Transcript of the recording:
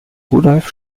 rudolf